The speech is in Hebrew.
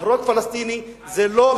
להרוג פלסטיני זה לא,